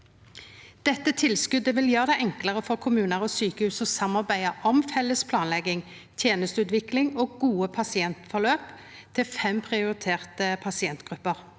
Dette tilskotet vil gjera det enklare for kommunar og sjukehus å samarbeida om felles planlegging, tenesteutvikling og gode pasientforløp til fem prioriterte pasientgrupper.